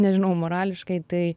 nežinau morališkai tai